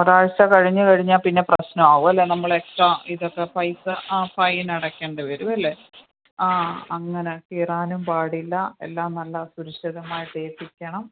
ഒരാഴ്ച കഴിഞ്ഞ് കഴിഞ്ഞാൽ പിന്നെ പ്രശ്നമാവുകയില്ലേ നമ്മൾ എക്സ്ട്രാ ഇതൊക്കെ പൈസ ആ ഫൈൻ അടയ്ക്കണ്ട വരുകയല്ലേ ആ അങ്ങനെ കീറാനും പാടില്ല എല്ലാം നല്ല സുരഷിതമായിട്ട് ഏൽപ്പിക്കണം